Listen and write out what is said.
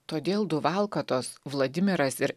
todėl du valkatos vladimiras ir